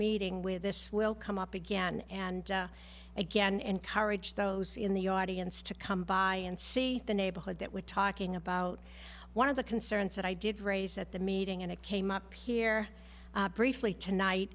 meeting with this will come up again and again encourage those in the audience to come by and see the neighborhood that we're talking about one of the concerns that i did raise at the meeting and it came up here briefly tonight